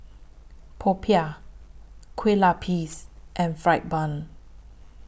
Popiah Kue Lupis and Fried Bun